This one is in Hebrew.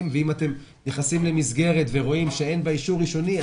ואם אתם נכנסים למסגרת ורואים שאין בה אישור ראשוני,